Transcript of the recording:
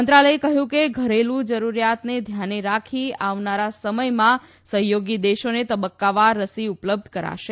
મંત્રાલયે કહયું કે ઘરેલુ જરૂરીયાતને ધ્યાને રાખી આવનારા સમયમાં સહયોગી દેશોને તબકકાવાર રસી ઉપલબ્ધ કરાવાશે